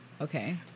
Okay